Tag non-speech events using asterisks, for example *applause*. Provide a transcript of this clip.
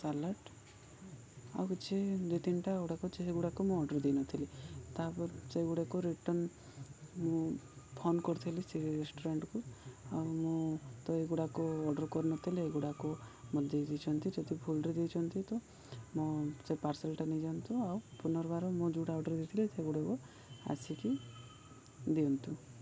salad ଆଉ କିଛି ଦୁଇ ତିନିଟା ଗୁଡ଼ାକ *unintelligible* ସେଗୁଡ଼ାକ ମୁଁ ଅର୍ଡ଼ର୍ ଦେଇନଥିଲି ତା'ପରେ ସେଗୁଡ଼ାକୁ ରିଟର୍ଣ୍ଣ ମୁଁ ଫୋନ୍ କରିଥିଲି ସେ ରେଷ୍ଟୁରାଣ୍ଟ୍କୁ ଆଉ ମୁଁ ତ ଏଗୁଡ଼ାକ ଅର୍ଡ଼ର୍ କରିନଥିଲି ଏଗୁଡ଼ାକ ମତେ ଦେଇ ଦେଇଛନ୍ତି ଯଦି ଭୁଲ୍ରେ ଦେଇଛନ୍ତି ତ ମୁଁ ସେ ପାର୍ସଲ୍ଟା ନେଇ ଯାଆନ୍ତୁ ଆଉ ପୁନର୍ବାର ମୁଁ ଯେଉଁଟା ଅର୍ଡ଼ର୍ ଦେଇଥିଲି ସେଗୁଡ଼ାକୁ ଆସିକି ଦିଅନ୍ତୁ